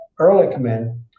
Ehrlichman